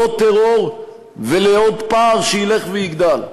לעוד טרור ולעוד פער שילך ויגדל.